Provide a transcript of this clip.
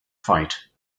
fight